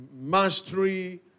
mastery